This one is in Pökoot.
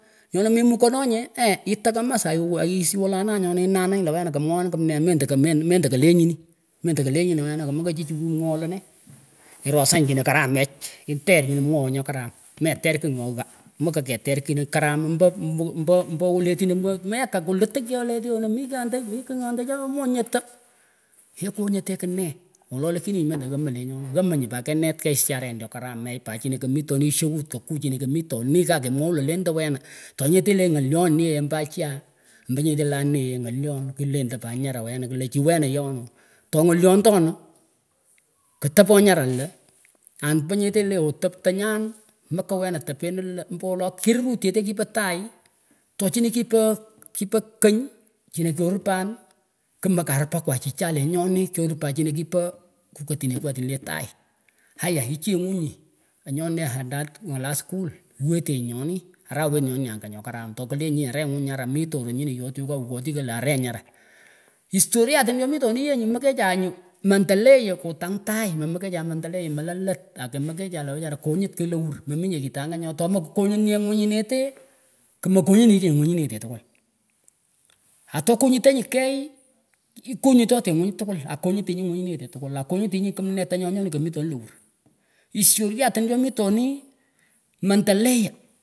Nyonah memukonanyeh eeh itah kamas aiishih walanah inanenyin lah wenah kamwoan kimnee mendah kah mendah kaalenyinih wenah kemakah chihchih kimwoah lenee irosanyih kiina karamech iter nyinah mwoah nyokaram meter kigh nyoh ghaa mekateter kiina karam omba mba mba wele tinah mwoh mekang klituh kyole tyonah mih kiondah mih nyondah moh ongatah ikwaonyetech kneti wolo lakini mendah ghamah lenyonah ghamah nyuh kenet kigh isharen choh karamech lakini kimetonih ishout kahkuh nyinah kamitonih kakemwosh lah lendah wenah tonyeteh leh ngalyon yeh mba achah mba nyeteh leh anih ngalyon kilendah pat anyara wenah klan chih wena yeeonah tongalyon ndonih ketapoh nyarah lah amba nyeteh leh otaptanyun mekah wena tepenah lah mbo wolo kirurut cheteh kipah tagh to tochinih kipah kipah kany chinah kyoripan kimahkyaripakwah chichan lenyonih kyoripan chinah kipah kukatinekwah tinah leh tagh haiyah ichengunih anyonae chada ngalah skull wetenyih nyonih arawet nyonih angah nyoh karam tohkele arenguh nyara mih torot nyinih yotwekwah kukotih lah areh nyara historiatin chomitoniyeh nyuh mandelea milah lat akemekechah lah wechara konyit kigh lewur maminyeh aitangah nyoh tomatkonyitnyeh ngunyineteh kmakonyitinyinyeh ngunyineteh tkwul atoh konyitenyih keyh ikonyiteleh nguny tkwul akonyitenyih ngutenyeh tkwul akonyitinyih kimnetenyoh nyonih kimetonih lewur historiatin chomitomih mandelea.